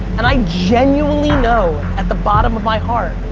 and i genuinely know at the bottom of my heart,